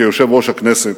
כיושב-ראש הכנסת.